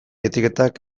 etiketak